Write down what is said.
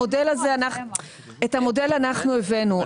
את המודל אנחנו הבאנו,